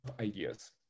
ideas